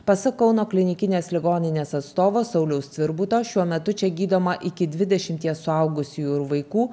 pasak kauno klinikinės ligoninės atstovo sauliaus cvirbuto šiuo metu čia gydoma iki dvidešimties suaugusiųjų ir vaikų